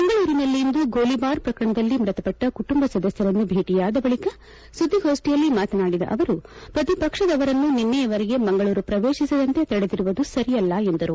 ಮಂಗಳೂರಿನಲ್ಲಿಂದು ಗೋಲಿಬಾರ್ ಪ್ರಕರಣದಲ್ಲಿ ಮೃತಪಟ್ಟ ಕುಟುಂಬ ಸದಸ್ಯರನ್ನು ಭೇಟಿಯಾದ ಬಳಕ ಸುದ್ದಿಗೋಷ್ಷಿಯಲ್ಲಿ ಮಾತನಾಡಿದ ಅವರು ಪ್ರತಿಪಕ್ಷದವರನ್ನು ನಿನ್ನೆಯವರೆಗೆ ಮಂಗಳೂರು ಪ್ರವೇತಿಸದಂತೆ ತಡೆದಿರುವುದು ಸರಿಯಲ್ಲ ಎಂದರು